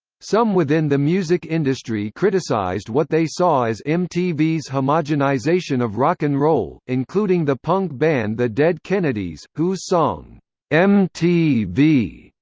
some within the music industry criticized what they saw as mtv's homogenization of rock n roll, including the punk band the dead kennedys, whose song m t v.